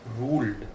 ruled